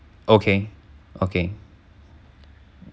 okay okay